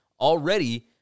already